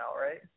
right